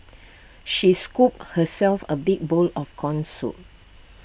she scooped herself A big bowl of Corn Soup